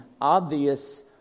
Obvious